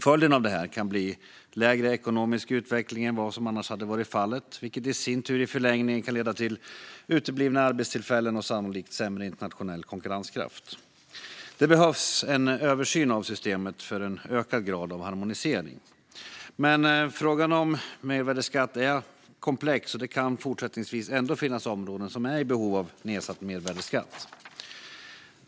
Följden av detta kan bli lägre ekonomisk utveckling än vad som annars hade varit fallet, vilket i förlängningen kan leda till uteblivna arbetstillfällen och sannolikt sämre internationell konkurrenskraft. Det behövs en översyn av systemet för en ökad grad av harmonisering. Men frågan om mervärdesskatt är komplex, och det kan fortsättningsvis ändå finnas områden med behov av nedsatt mervärdesskatt.